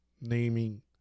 naming